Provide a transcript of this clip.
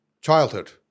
childhood